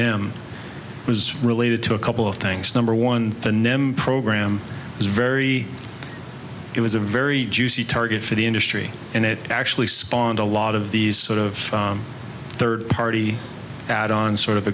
him was related to a couple of things number one the nym program is very it was a very juicy target for the industry and it actually spawned a lot of these sort of third party add on sort of